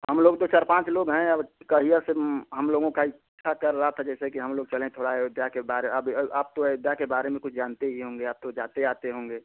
हम लोग तो चार पाँच लोग हैं अब कहिया से हम लोगों का इच्छा कर रहा था जैसे कि हम लोग चले थोड़ा अयोध्या के बारे आप अयोध्या के बारे में कुछ जानते ही होंगे आप तो जाते आते होंगे